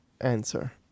answer